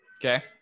Okay